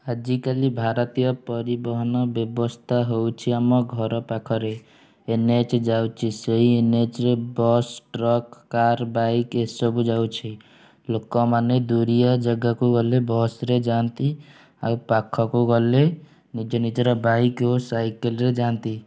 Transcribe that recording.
ଆଜିକାଲି ଭାରତୀୟ ପରିବହନ ବ୍ୟବସ୍ଥା ହେଉଛି ଆମ ଘରପାଖରେ ଏନ୍ ଏଚ୍ ଯାଉଛି ସେଇ ଏନ୍ଏଚ୍ରେ ବସ୍ ଟ୍ରକ୍ କାର୍ ବାଇକ୍ ଏସବୁ ଯାଉଛି ଲୋକମାନେ ଦୂରିଆ ଜାଗାକୁ ଗଲେ ବସ୍ରେ ଯାଆନ୍ତି ଆଉ ପାଖକୁ ଗଲେ ନିଜ ନିଜର ବାଇକ୍ ଓ ସାଇକେଲ୍ରେ ଯାଆନ୍ତି